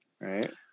right